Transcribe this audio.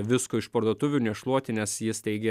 visko iš parduotuvių nešluoti nes jis teigė